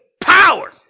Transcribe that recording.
power